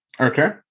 Okay